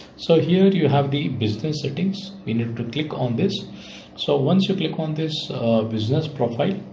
so here you have the business settings we need to click on this so once you click on this business profile,